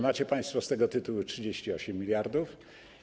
Macie państwo z tego tytułu 38 mld zł.